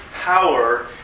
power